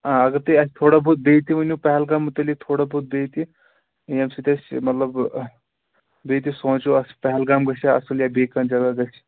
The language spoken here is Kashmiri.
آ اگر تُہۍ اَسہِ تھوڑا بہت بیٚیہِ تہِ ؤنِوٗ پہلگام مُتعلِق تھوڑا بہت بیٚیہِ تہِ ییٚمہِ سۭتۍ اَسہِ مطلب بیٚیہِ تہِ سوٗنٛچو اَسہِ پہلگام گژھیٛا اَصٕل یا بیٚیہِ کانٛہہ جگہِ گژھِ